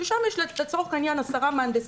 שם יש להם לצורך העניין 10 מהנדסים,